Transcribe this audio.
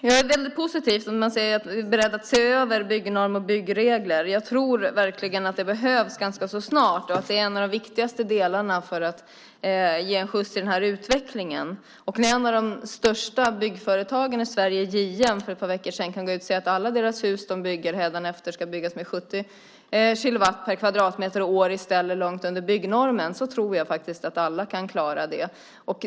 Det är väldigt positivt att man är beredd att se över byggnormer och byggregler. Jag tror verkligen att det behövs ganska snart och att det är en av de viktigaste delarna för att ge den här utvecklingen en skjuts. När ett av de största byggföretagen i Sverige, JM, för ett par veckor sedan kunde säga att alla de hus som de bygger hädanefter ska ha en energianvändning på 70 kilowatt per kvadratmeter och år, långt under byggnormen, tror jag att alla kan klara det.